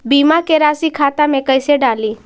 बीमा के रासी खाता में कैसे डाली?